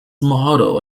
model